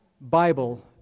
Bible